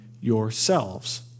yourselves